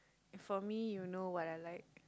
for me you know what I like